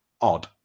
odd